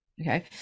okay